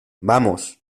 vamos